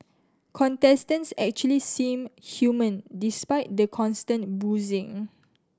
contestants actually seem human despite the constant boozing